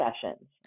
sessions